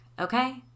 okay